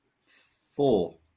Four